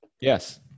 Yes